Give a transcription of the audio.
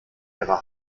ihrer